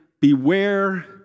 beware